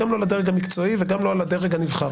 גם לא על הדרג המקצועי וגם לא על הדרג הנבחר.